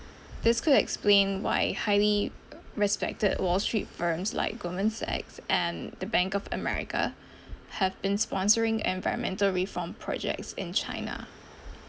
this could explain why highly respected wall street firms like Goldman Sachs and the Bank of America have been sponsoring environmental reform projects in china